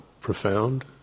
profound